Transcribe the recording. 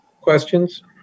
questions